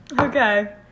Okay